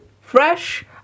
fresh